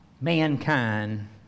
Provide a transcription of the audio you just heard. mankind